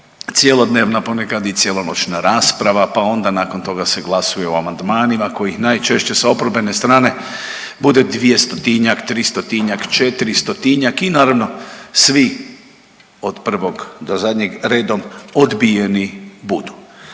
cjelodnevna, a ponekad i cjelonoćna rasprava, pa onda nakon toga se glasuje o amandmanima kojih najčešće s oporbene strane bude 200-tinjak, 300-tinjak, 400-tinjak i naravno svi od 1. do zadnjeg redom obijeni budu.